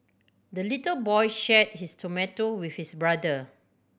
the little boy shared his tomato with his brother